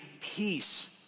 peace